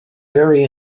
very